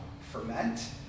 ferment